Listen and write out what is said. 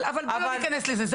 אבל בואי לא ניכנס לזה,